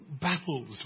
battles